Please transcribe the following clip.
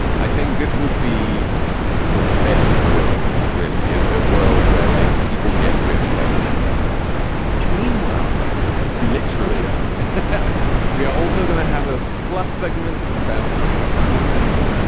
i think this would be the best world really is a world where like people get rich by napping that's a dream worlds that literally really we are also going to have a plus segment about saudi aramco.